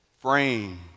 Frame